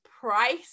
price